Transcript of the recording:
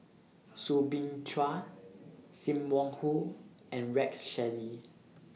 Soo Bin Chua SIM Wong Hoo and Rex Shelley